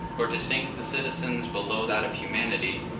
or to sink the citizens below that of humanity,